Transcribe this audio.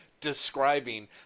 describing